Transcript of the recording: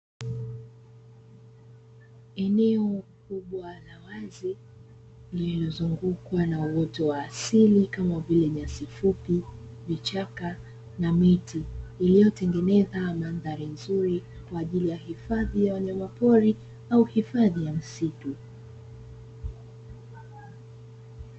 Eneo kubwa la wazi lililozungukwa na uwoto wa asili kama vile nyasi fupi, vichaka na miti iliyotengeneza mandhari nzuri kwa ajili ya hifadhi ya wanyama pori au hifadhi ya misitu.